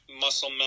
muscle